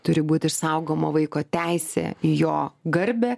turi būti išsaugoma vaiko teisė į jo garbę